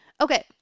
Okay